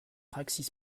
praxi